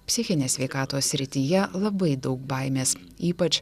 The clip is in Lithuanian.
psichinės sveikatos srityje labai daug baimės ypač